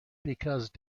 because